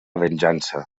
venjança